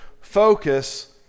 focus